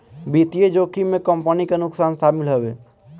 वित्तीय जोखिम में कंपनी के नुकसान शामिल हवे